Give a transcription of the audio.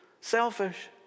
selfish